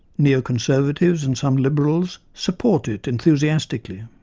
neo-conservatives and some liberals support it enthusiastically.